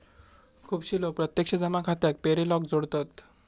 खुपशे लोक प्रत्यक्ष जमा खात्याक पेरोलाक जोडतत